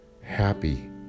happy